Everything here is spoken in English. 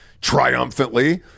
triumphantly